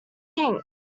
think